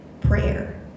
prayer